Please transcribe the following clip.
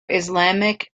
islamic